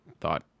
thought